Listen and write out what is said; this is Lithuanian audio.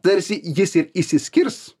tarsi jis ir išsiskirs